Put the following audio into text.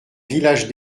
village